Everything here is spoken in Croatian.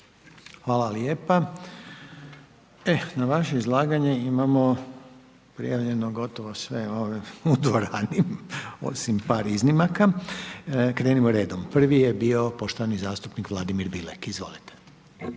Hvala lijepo. Na vaše izlaganje imamo prijavljene sve gotovo u dvorani, osim par iznimaka. Krenimo redom, prvi je bio poštovani zastupnik Vladimir Bilek. **Bilek,